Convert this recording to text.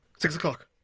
six o'clock.